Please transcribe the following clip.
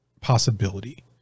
possibility